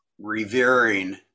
revering